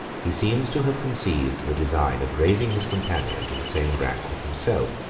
he seems to have conceived the design of raising his companion to the same rank with himself.